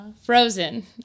frozen